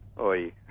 oi